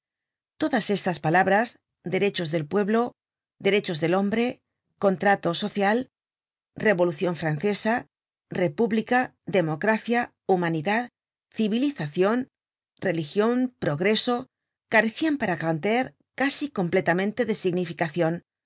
todas estas palabras derechos del pueblo derechos del hombre contrato social revolucion francesa república democracia humanidad civilizacion religion progreso carecian para grantaire casi completamente de significacion